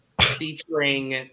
featuring